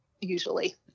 usually